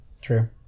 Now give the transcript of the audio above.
True